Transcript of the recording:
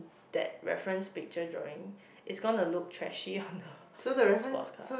that reference picture drawing it's gonna look trashy on a sports car